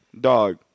dog